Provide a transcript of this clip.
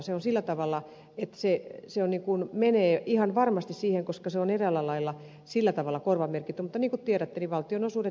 se on sillä tavalla että se menee ihan varmasti siihen koska se on eräällä lailla korvamerkitty mutta niin kuin tiedätte valtionosuudet eivät ole korvamerkittyjä